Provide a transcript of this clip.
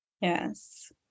Yes